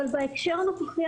אבל בהקשר הנוכחי,